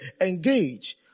engage